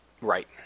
Right